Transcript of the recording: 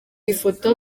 ifoto